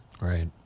Right